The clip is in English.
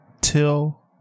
till